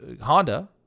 Honda